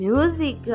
Music